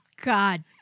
God